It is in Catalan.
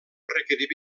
requerir